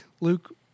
Luke